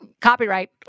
Copyright